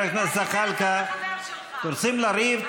למה, קצת רחמנות, קצת רחמנות, קצת רחמנות.